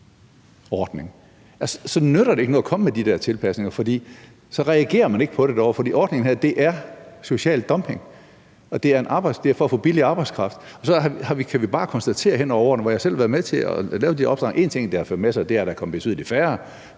så nytter det ikke noget at komme med de der tilpasninger, for så reagerer man ikke på det. For de her ordninger er social dumping, og det er for at få billig arbejdskraft. Og så har vi bare kunnet konstatere hen over årene – nu har jeg selv været med til at lave de her opstramninger – at én ting, som det har ført med sig, er, at der er kommet betydelig færre.